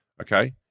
okay